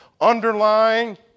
underline